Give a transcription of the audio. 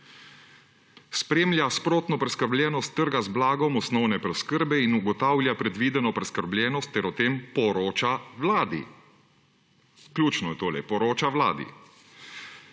spremlja sprotno preskrbljenost trga z blagom osnovne preskrbe in ugotavlja predvideno preskrbljenost ter o tem poroča vladi«. Ključno je tole: »poroča vladi«.